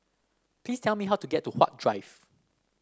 please tell me how to get to Huat Drive